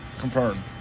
confirmed